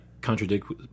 contradict